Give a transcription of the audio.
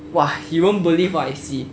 !wah! you won't believe what I see